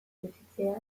gutxitzea